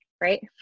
right